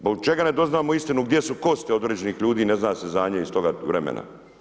Zbog čega ne doznamo istinu gdje su kosti određenih ljudi i ne zna se za njih iz toga vremena?